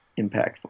impactful